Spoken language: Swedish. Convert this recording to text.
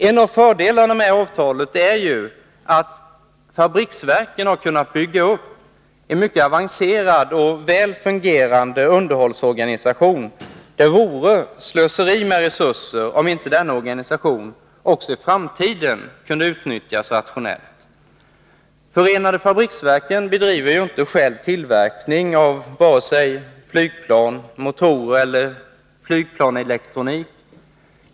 En av fördelarna med avtalet är att fabriksverken har kunnat bygga upp en mycket avancerad och väl fungerande underhållsorganisation. Det vore ett slöseri med resurser om inte denna organisation också i framtiden kunde utnyttjas rationellt. Förenade fabriksverken bedriver inte själv tillverkning av vare sig flygplan, motorer eller flygplanselektronik.